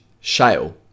shale